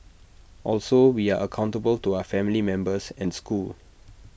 also we are accountable to our family members and school